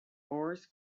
oars